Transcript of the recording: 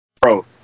Bro